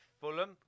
Fulham